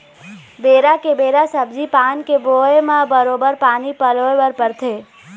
बेरा के बेरा सब्जी पान के बोए म बरोबर पानी पलोय बर परथे